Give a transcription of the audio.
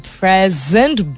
present